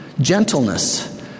gentleness